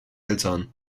eltern